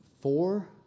four